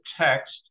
text